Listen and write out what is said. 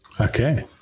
Okay